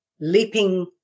Leaping